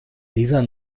dieser